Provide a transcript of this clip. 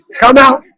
come out